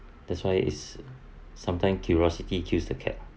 that's why is sometimes curiosity kills the cat